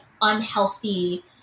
unhealthy